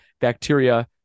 bacteria